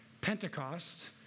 Pentecost